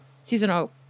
seasonal